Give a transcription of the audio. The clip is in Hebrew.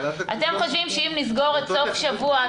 אתם חושבים שאם נסגור את סוף השבוע,